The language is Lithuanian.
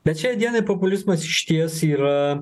bet šiai dienai populizmas išties yra